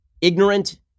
ignorant